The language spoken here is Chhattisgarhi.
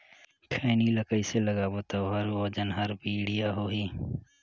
खैनी ला कइसे लगाबो ता ओहार वजन हर बेडिया होही?